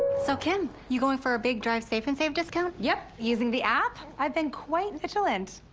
so kim, you going for our big drive safe and save discount? yup, using the app. i've been quite vigilant.